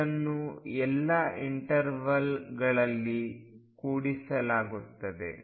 ಇದನ್ನು ಎಲ್ಲಾ ಇಂಟರ್ವೆಲ್ಗಳಲ್ಲಿ ಕೂಡಿಸಲಾಗುತ್ತದೆ